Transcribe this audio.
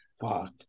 fuck